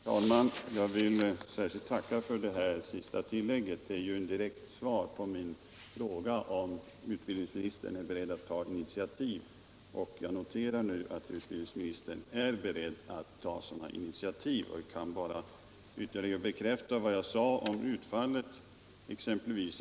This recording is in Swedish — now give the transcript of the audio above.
Herr talman! Jag vill särskilt tacka för det sista tillägget. Det är ju ett direkt svar på min fråga om utbildningsministern är beredd att ta initiativ. Jag noterar nu att utbildningsministern är beredd att göra det, och jag kan bara ytterligare bekräfta vad jag sade om utfallet med ett exempel.